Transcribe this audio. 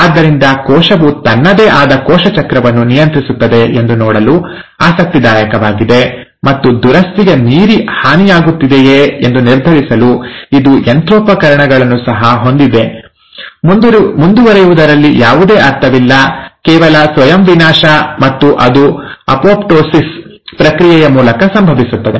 ಆದ್ದರಿಂದ ಕೋಶವು ತನ್ನದೇ ಆದ ಕೋಶ ಚಕ್ರವನ್ನು ನಿಯಂತ್ರಿಸುತ್ತದೆ ಎಂದು ನೋಡಲು ಆಸಕ್ತಿದಾಯಕವಾಗಿದೆ ಮತ್ತು ದುರಸ್ತಿಗೆ ಮೀರಿ ಹಾನಿಯಾಗುತ್ತಿದೆಯೇ ಎಂದು ನಿರ್ಧರಿಸಲು ಇದು ಯಂತ್ರೋಪಕರಣಗಳನ್ನು ಸಹ ಹೊಂದಿದೆ ಮುಂದುವರಿಯುವುದರಲ್ಲಿ ಯಾವುದೇ ಅರ್ಥವಿಲ್ಲ ಕೇವಲ ಸ್ವಯಂ ವಿನಾಶ ಮತ್ತು ಅದು ಅಪೊಪ್ಟೋಸಿಸ್ ಪ್ರಕ್ರಿಯೆಯ ಮೂಲಕ ಸಂಭವಿಸುತ್ತದೆ